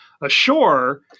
ashore